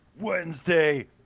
Wednesday